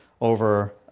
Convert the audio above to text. over